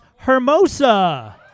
Hermosa